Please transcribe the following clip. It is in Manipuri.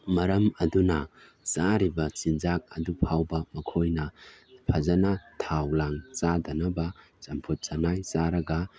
ꯃꯔꯝ ꯑꯗꯨꯅ ꯆꯥꯔꯤꯕ ꯆꯤꯟꯖꯥꯛ ꯑꯗꯨ ꯐꯥꯎꯕ ꯃꯈꯣꯏꯅ ꯐꯖꯅ ꯊꯥꯎ ꯂꯥꯡ ꯆꯥꯗꯅꯕ ꯆꯝꯐꯨꯠ ꯆꯅꯥꯏ ꯆꯥꯔꯒ